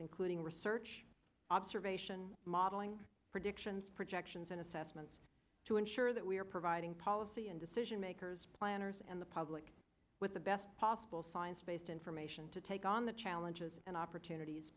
including research observation modeling predictions projections and assessments to ensure that we are providing policy and decision makers planners and the public with the best possible science based information to take on the challenges and opportunities